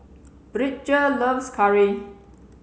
Bridger loves curry